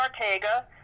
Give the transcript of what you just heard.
ortega